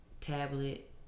tablet